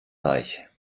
reich